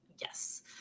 Yes